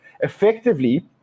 effectively